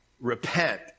repent